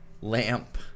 Lamp